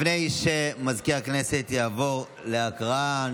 לפני שמזכיר הכנסת יעבור להקראה,